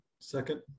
second